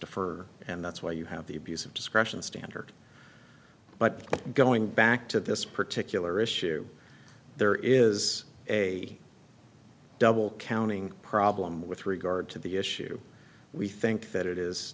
that's why you have the abuse of discretion standard but going back to this particular issue there is a double counting problem with regard to the issue we think that it is